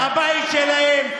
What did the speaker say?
זה הבית שלהם.